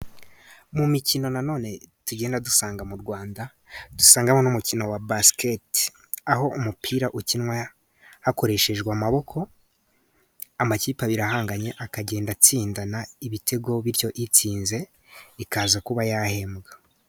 Mu mikino na none tugenda dusanga mu Rwanda dusanganwe n'umukino wa basketi, aho umupira ukinwa hakoreshejwe amaboko amakipe abiri ahanganye akagenda atsindana ibitego bityo itsinze ikaza kuba yahembwa.